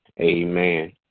Amen